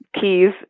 keys